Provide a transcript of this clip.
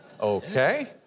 Okay